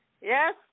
Yes